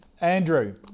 Andrew